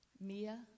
Mia